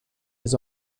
his